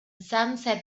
sunset